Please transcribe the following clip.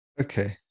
Okay